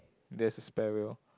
there's a spare wheel